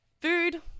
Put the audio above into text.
Food